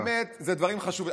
האמת, זה דברים חשובים.